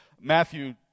Matthew